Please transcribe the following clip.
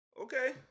Okay